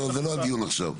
לא זה לא הדיון עכשיו.